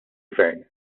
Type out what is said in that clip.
gvern